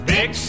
Big